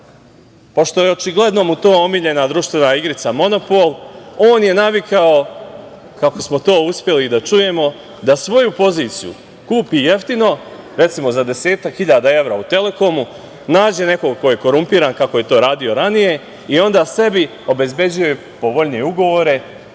je očigledno to omiljena društvena igrica, monopol, on je navikao, kako smo to uspeli da čujemo, da svoju poziciju kupi jeftino, recimo za desetak hiljada evra u „Telekomu“, nađe nekog ko je korumpiran, kako je to radio ranije i onda sebi obezbeđuje povoljnije ugovore,